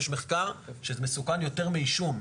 יש מחקר שזה מסוכן יותר מעישון.